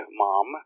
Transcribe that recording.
mom